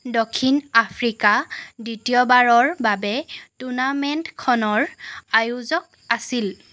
দক্ষিণ আফ্ৰিকা দ্বিতীয়বাৰৰ বাবে টুৰ্নামেণ্টখনৰ আয়োজক আছিল